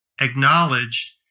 acknowledged